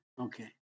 Okay